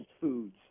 foods